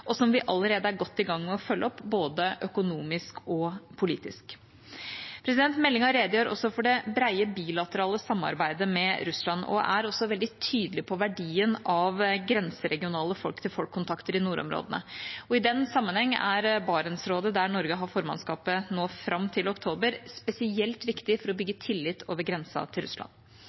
som vi allerede er godt i gang med å følge opp både økonomisk og politisk. Meldinga redegjør også for det brede bilaterale samarbeidet med Russland og er også veldig tydelig på verdien av grenseregionale folk-til-folk-kontakter i nordområdene. I den sammenhengen er Barentsrådet, der Norge har formannskapet nå fram til oktober, spesielt viktig, for å bygge tillit over grensen til Russland.